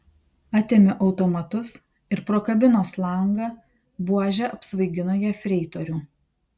atėmė automatus ir pro kabinos langą buože apsvaigino jefreitorių